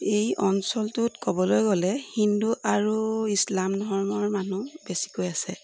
এই অঞ্চলটোত ক'বলৈ গ'লে হিন্দু আৰু ইছলাম ধৰ্মৰ মানুহ বেছিকৈ আছে